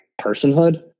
personhood